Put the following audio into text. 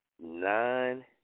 nine